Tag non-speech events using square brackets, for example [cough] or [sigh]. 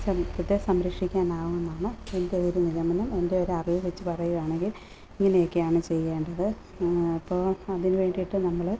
[unintelligible] സംരക്ഷിക്കാൻ ആവും എന്നാണ് എൻ്റെ ഒരു നിഗമനം എൻ്റെ ഒരു അറിവു വച്ച് പറയുകയാണെങ്കിൽ ഇങ്ങനെയൊക്കെയാണ് ചെയ്യേണ്ടത് അപ്പോൾ അതിന് വേണ്ടിയിട്ട് നമ്മൾ